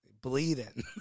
bleeding